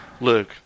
look